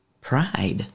pride